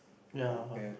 ya